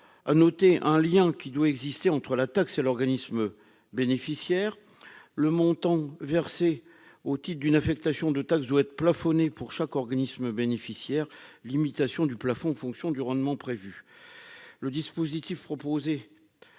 à noter un lien qui doit exister entre la taxe et l'organisme bénéficiaire le montant versé au titre d'une affectation de taxe doit être plafonnée pour chaque organisme bénéficiaire limitation du plafond en fonction du rendement prévu le dispositif proposé